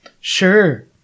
Sure